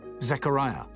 Zechariah